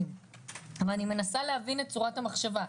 אבל אני מנסה להבין את צורת המחשבה.